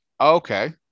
Okay